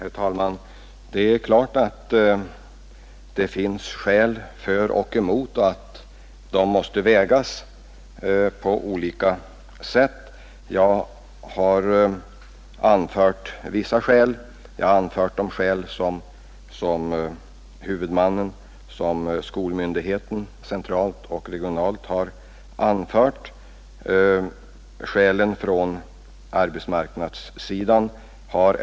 Herr talman! Det är klart att det finns skäl för och emot och att de måste vägas mot varandra. Jag har nämnt de skäl som de centrala och regionala skolmyndigheterna har anfört.